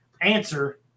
answer